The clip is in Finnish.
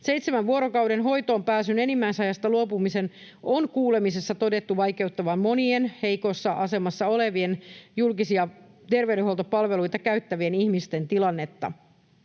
Seitsemän vuorokauden hoitoonpääsyn enimmäisajasta luopumisen on kuulemisessa todettu vaikeuttavan monien heikossa asemassa olevien, julkisia terveydenhuoltopalveluita käyttävien ihmisten tilannetta.